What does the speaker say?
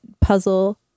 puzzle